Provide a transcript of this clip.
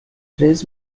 três